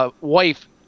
wife